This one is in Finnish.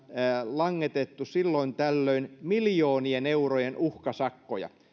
langetettu silloin tällöin miljoonien eurojen uhkasakkoja